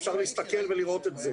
אפשר להסתכל ולראות את זה.